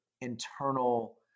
internal